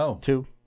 two